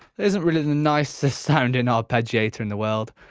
isn't really the nicest sounding arpeggiator in the world.